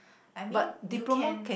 I mean you can